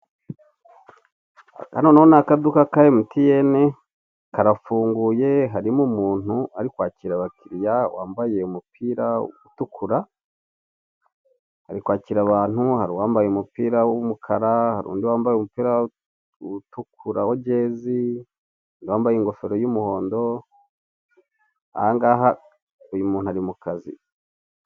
Aka noneho n'akaduka ka MTN,karafunguye harimo umuntu arikwakira abakiriya wambaye umupira utukura ,arikwakira abantu hari uwambaye umupira w'umukara hari undi wambaye umupira utukura wa gezi, hari uwambaye ingofero y'umuhondo, aha ngaha uyu muntu ari mukazi .